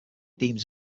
deems